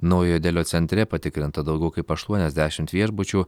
naujojo delio centre patikrinta daugiau kaip aštuoniasdešimt viešbučių